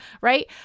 right